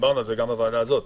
דיברנו על כך גם בוועדה הזאת,